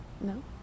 no